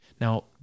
Now